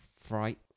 fright